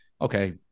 okay